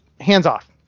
hands-off